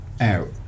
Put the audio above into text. out